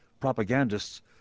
propagandists